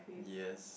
yes